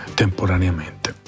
temporaneamente